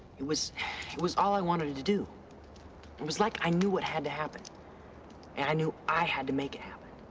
it was it was all i wanted to do. it was like i knew what had to happen and i knew i had to make it happen.